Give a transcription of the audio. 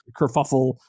kerfuffle